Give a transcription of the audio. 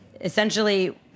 essentially